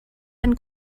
ein